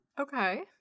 Okay